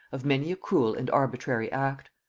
of many a cruel and arbitrary act.